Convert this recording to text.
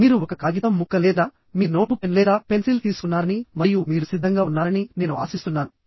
మీరు ఒక కాగితం ముక్క లేదా మీ నోట్బుక్ పెన్ లేదా పెన్సిల్ తీసుకున్నారని మరియు మీరు సిద్ధంగా ఉన్నారని నేను ఆశిస్తున్నాను